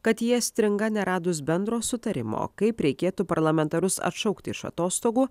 kad jie stringa neradus bendro sutarimo kaip reikėtų parlamentarus atšaukti iš atostogų